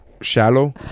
Shallow